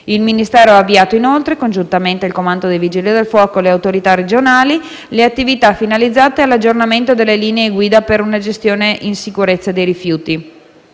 Il Ministero ha avviato, inoltre, congiuntamente al comando dei Vigili del fuoco e alle autorità regionali, le attività finalizzate all'aggiornamento delle linee guida per una gestione in sicurezza dei rifiuti.